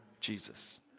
Jesus